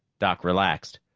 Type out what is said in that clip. doc relaxed.